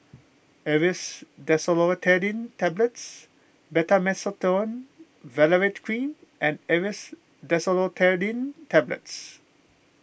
Aerius DesloratadineTablets Betamethasone Valerate Cream and Aerius Desloratadine Tablets